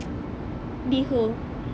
Liho